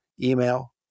email